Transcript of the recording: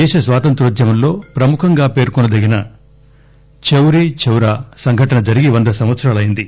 దేశ స్వాతంత్ర్యోద్యమంలో ప్రముఖంగా పేర్కొనదగిన చౌరీ చౌరా సంఘటన జరిగి వంద సంవత్సరాలయ్యింది